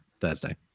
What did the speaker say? Thursday